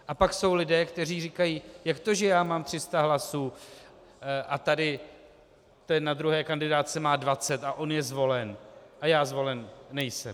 A pak jsou lidé, kteří říkají: Jak to že já mám 300 hlasů a tady ten na druhé kandidátce má 20 a on je zvolen a já zvolen nejsem?